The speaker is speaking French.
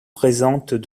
présentent